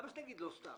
מה שהיא תגיד לא סתם?